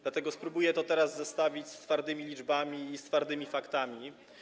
Dlatego spróbuję to teraz zestawić z twardymi liczbami i z twardymi faktami.